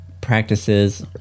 practices